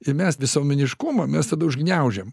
ir mes visuomeniškumą mes tada užgniaužiam